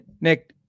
Nick